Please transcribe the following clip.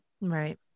Right